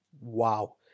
wow